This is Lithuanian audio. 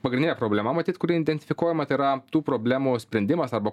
pagrindinė problema matyt kuri indentifikuojama tai yra tų problemų sprendimas arba